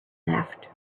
left